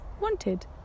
wanted